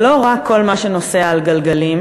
זה לא רק כל מה שנוסע על גלגלים.